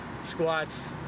squats